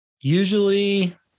Usually